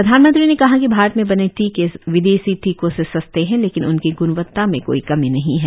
प्रधानमंत्री ने कहा कि भारत में बने टीके विदेशी टीकों से सस्ते हैं लेकिन उनकी ग्णवत्ता में कोई कमी नहीं हैं